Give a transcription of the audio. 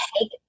take